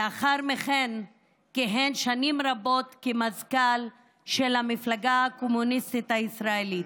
לאחר מכן כיהן שנים רבות כמזכ"ל המפלגה הקומוניסטית הישראלית.